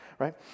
right